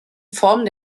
form